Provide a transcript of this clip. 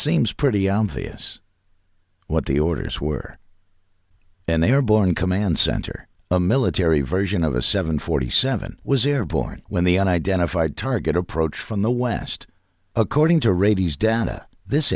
seems pretty obvious what the orders were and they were born in command center a military version of a seven forty seven was airborne when the identified target approach from the west according to rabies downa this